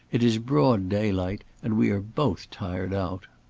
it is broad daylight, and we are both tired out.